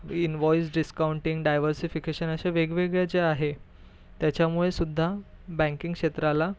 invoice discounting diversification असे वेगवेगळ्या ज्या आहे त्याच्यामुळे सुद्धा बँकिंग क्षेत्राला